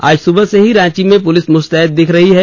आज सुबह से ही रांची में पुलिस मुस्तैद दिख रही है